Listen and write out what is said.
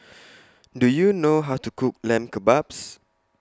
Do YOU know How to Cook Lamb Kebabs